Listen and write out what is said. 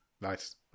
Nice